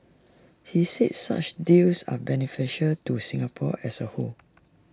he said such deals are beneficial to Singapore as A whole